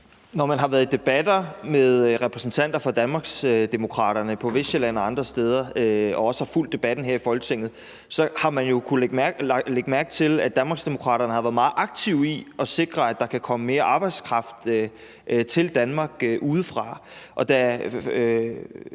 Når man har været i debatter med repræsentanter for Danmarksdemokraterne på Vestsjælland og andre steder og også har fulgt debatten her i Folketinget, har man jo kunnet lægge mærke til, at Danmarksdemokraterne har været meget aktive i forhold til at sikre, at der kan komme mere arbejdskraft til Danmark udefra.